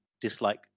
dislike